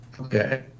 Okay